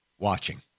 watching